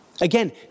Again